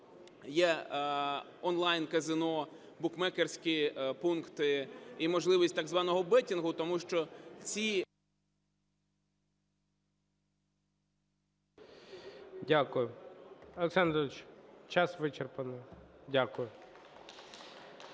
є онлайн-казино, букмекерські пункти і можливість так званого беттінгу, тому що ці… ГОЛОВУЮЧИЙ. Дякую. Олександр Анатолійович, час вичерпаний. Дякую.